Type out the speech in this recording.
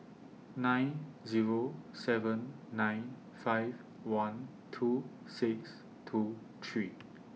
nine Zero seven nine five one two six two three